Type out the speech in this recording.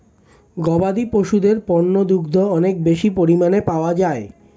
গবাদি পশুদের পণ্য দুগ্ধ অনেক বেশি পরিমাণ পাওয়া যায়